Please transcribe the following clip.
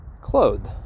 clothed